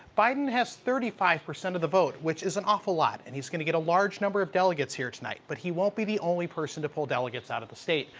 biden has thirty five percent of the vote, which is an awful lot. and he's going to get a large number of delegates here tonight. but he will be the only person to pull delegates out of the state.